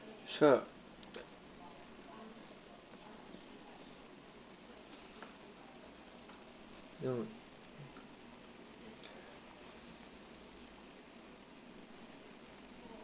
sure mm